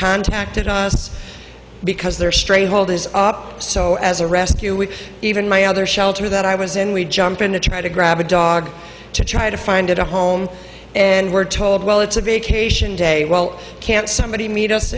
contacted us because they're stray hold is up so as a rescue we even my other shelter that i was in we jump in to try to grab a dog to try to find a home and we're told well it's a vacation day well can't somebody meet u